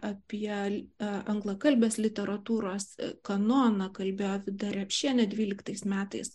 apie anglakalbės literatūros kanoną kalbėjo vida repšienė dvyliktais metais